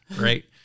right